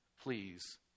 please